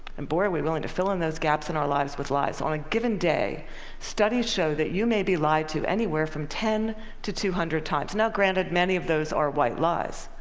and boy are we willing to fill in those gaps in our lives with lies. on a given day studies show that you may be lied to anywhere from ten to two hundred times. now granted, many of those are white lies.